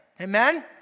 Amen